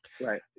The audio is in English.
Right